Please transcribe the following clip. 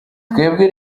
twebwe